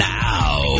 now